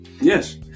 Yes